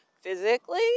physically